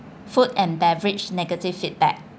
food and beverage negative feedback